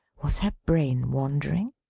was her brain wandering?